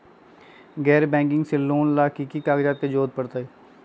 गैर बैंकिंग से लोन ला की की कागज के जरूरत पड़तै?